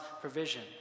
provision